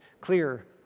clear